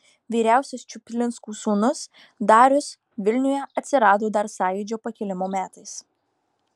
vyriausias čuplinskų sūnus darius vilniuje atsirado dar sąjūdžio pakilimo metais